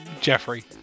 Jeffrey